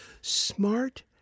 smart